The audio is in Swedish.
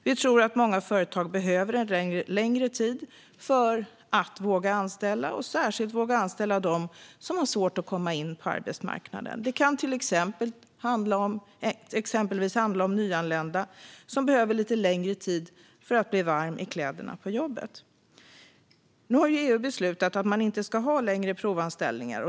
Vi tror att många företag behöver en längre tid för att våga anställa, särskilt dem som har svårt att komma in på arbetsmarknaden. Det kan exempelvis handla om nyanlända som behöver lite längre tid för att bli varma i kläderna på jobbet. Nu har ju EU beslutat att man inte ska ha längre provanställningar.